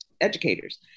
educators